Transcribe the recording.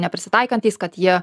neprisitaikantys kad jie